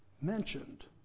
mentioned